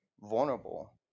vulnerable